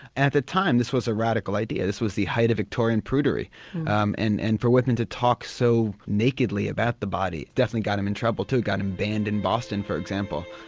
at the time this was a radical idea, this was the height of victorian prudery um and and for whitman to talk so nakedly about the body definitely got him into trouble too, got him banned in boston for example.